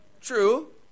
True